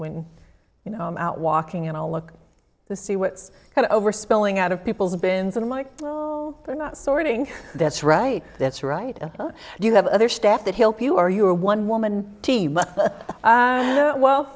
when you know i'm out walking and i'll look the see what's going over spilling out of people's bins and i'm like well they're not sorting that's right that's right do you have other staff that help you or you are a one woman team well